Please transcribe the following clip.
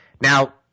Now